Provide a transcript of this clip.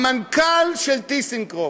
המנכ"ל של "טיסנקרופ",